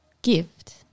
gift